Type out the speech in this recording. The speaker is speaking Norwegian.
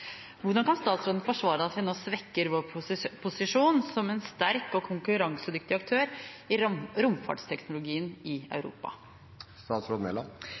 Hvordan kan statsråden forsvare at vi nå svekker vår posisjon som en sterk og konkurransedyktig aktør i romfartsteknologi i Europa?»